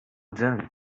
done